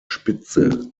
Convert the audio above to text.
spitze